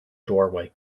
doorway